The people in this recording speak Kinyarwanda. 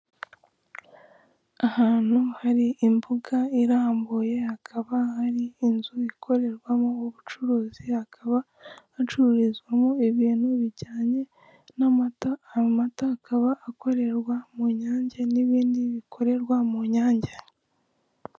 Ahantu hari imbuga irambuye, hakaba hari inzu ikorerwamo ubucurizi, hakaba hacururizwa ibintu bijyanye n'amata. Ayo mata akaba akorerwa mu nyange, Nibindi bikorerwa mu nange.